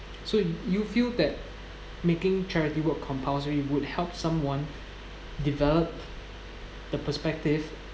so you feel that making charity work compulsory would help someone develop the perspective